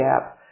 gap